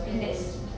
mm